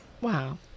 Wow